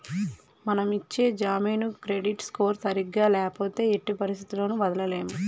మనం ఇచ్చే జామీను క్రెడిట్ స్కోర్ సరిగ్గా ల్యాపోతే ఎట్టి పరిస్థతుల్లోను వదలలేము